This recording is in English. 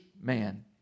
man